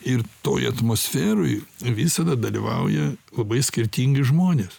ir toj atmosferoj visada dalyvauja labai skirtingi žmonės